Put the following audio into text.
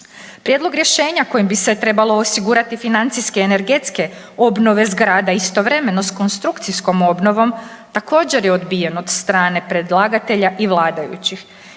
Prijedlog rješenja kojim bi se trebalo osigurati financijske energetske obnove zgrada istovremeno s konstrukcijskom obnovom također je odbijen od strane predlagatelja i vladajućih.